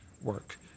work